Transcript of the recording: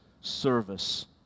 service